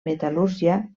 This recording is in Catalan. metal·lúrgia